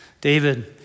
David